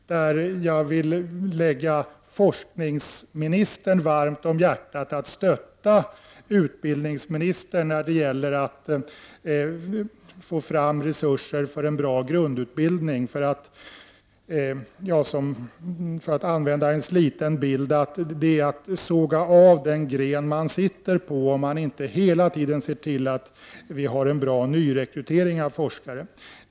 Jag vill lägga forskningsministern varmt om hjärtat att stötta utbildningsministern när det gäller att få fram resurser för en bra grundutbildning. Det är, för att använda en sliten bild, att såga av den gren man sitter på, om man inte hela tiden ser till att vi har en bra nyrekrytering till forskare.